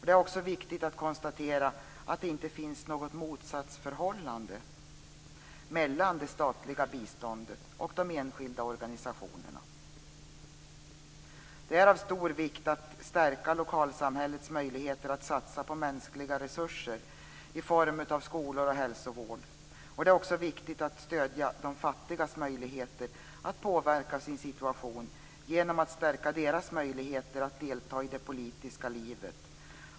Det är också viktigt att konstatera att det inte finns något motsatsförhållande mellan det statliga biståndet och de enskilda organisationerna. Det är av stor vikt att stärka lokalsamhällets möjligheter att satsa på mänskliga resurser i form av skolor och hälsovård. Det är också viktigt att stödja de fattigas möjligheter att påverka sin situation genom att stärka deras möjligheter att delta i det politiska livet.